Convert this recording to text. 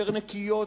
יותר נקיות,